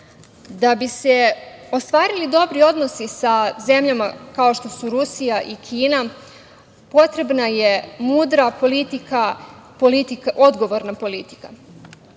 bi se ostvarili dobri odnosi sa zemljama, kao što su Rusija i Kina, potrebna je mudra politika, odgovorna politika